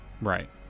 Right